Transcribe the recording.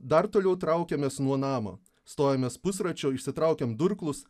dar toliau traukiamės nuo namo stojamės pusračiu išsitraukiam durklus